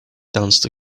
danced